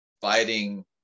fighting